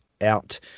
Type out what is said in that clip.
out